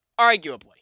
arguably